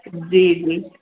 जी जी